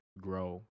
grow